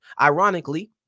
Ironically